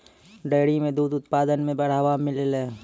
dairy सें दूध उत्पादन म बढ़ावा मिललय